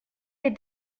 les